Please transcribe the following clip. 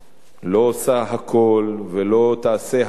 לא עושה הכול ולא תעשה הכול,